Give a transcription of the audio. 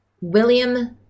William